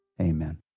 amen